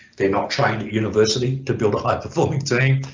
they're not trained at university to build a high-performing team